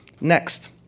Next